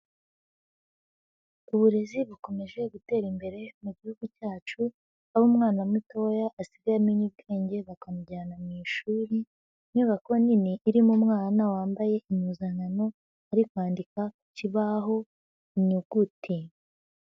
Uburezi bukomeje gutera imbere mu gihugu cyacu aho umwana mutoya asigaye amenya ubwenge bakamujyana mu ishuri, inyubako nini irimo umwana wambaye impuzankano ari kwandika ku kibaho inyuguti.